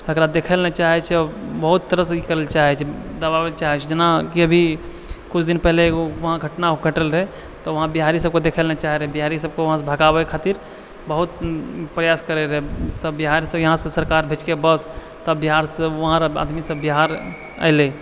एकरा देखैए लए नहि चाहै छै बहुत तरहसँ ई करै लए चाहै छै दबाबै लए चाहै छै जेना कि अभी किछु दिन पहिने वहाँ घटना घटल रहै तऽ वहाँ बिहारी सबके देखै लए नहि चाहै रहै बिहारी सबके वहाँसँ भगाबै खातिर बहुत प्रयास करै रहै तब बिहारसँ यहाँसँ सरकार भेजके बस तब बिहारसँ वहाँ आदमी सब बिहार अयलै